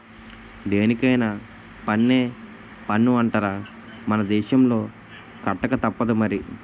దేనికైన పన్నే పన్ను అంటార్రా మన దేశంలో కట్టకతప్పదు మరి